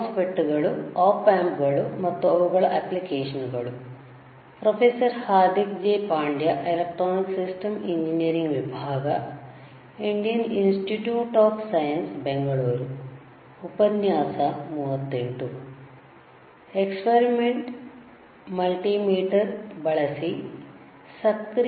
ಸ್ವಾಗತ